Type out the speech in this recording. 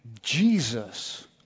Jesus